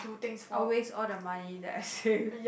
I will waste all the money that I save